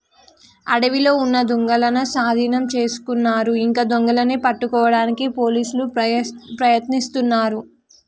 అడవిలో ఉన్న దుంగలనూ సాధీనం చేసుకున్నారు ఇంకా దొంగలని పట్టుకోడానికి పోలీసులు ప్రయత్నిస్తున్నారు